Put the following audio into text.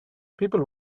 people